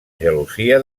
gelosia